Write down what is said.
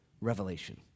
revelation